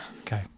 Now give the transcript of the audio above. Okay